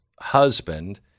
husband